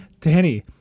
Danny